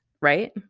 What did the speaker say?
Right